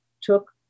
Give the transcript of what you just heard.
took